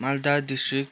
Malda district